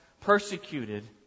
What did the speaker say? persecuted